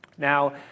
Now